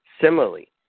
Similarly